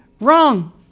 Wrong